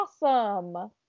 awesome